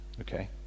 okay